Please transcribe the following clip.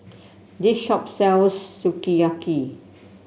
this shop sells Sukiyaki